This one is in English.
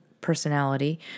personality